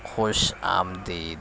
خوش آمدید